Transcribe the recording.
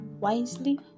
wisely